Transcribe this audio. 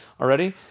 already